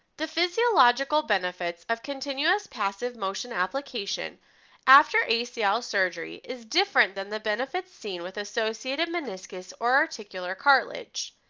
the physiological benefits of continuous passive motion application after acl surgery is different than the benefits seen with associated meniscus or articular cartilage.